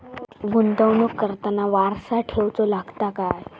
गुंतवणूक करताना वारसा ठेवचो लागता काय?